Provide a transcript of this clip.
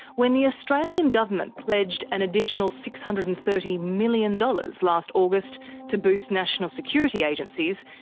when the australian government pledged an additional six hundred and thirty million dollars last august to boost national security agencies,